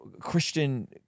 Christian